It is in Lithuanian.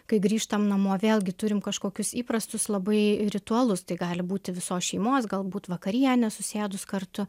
kai grįžtam namo vėlgi turim kažkokius įprastus labai ritualus tai gali būti visos šeimos galbūt vakarienė susėdus kartu